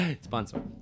Sponsor